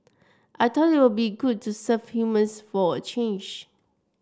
I thought it would be good to serve humans for a change